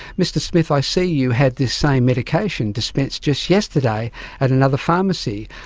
mr smith, i see you had this same medication dispensed just yesterday at another pharmacy.